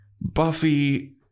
Buffy